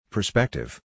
Perspective